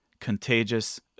contagious